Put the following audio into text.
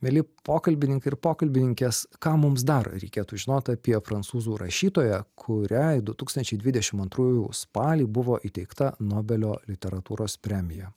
mieli pokalbininkai ir pokalbininkės ką mums dar reikėtų žinot apie prancūzų rašytoją kuriai du tūkstančiai dvidešim antrųjų spalį buvo įteikta nobelio literatūros premija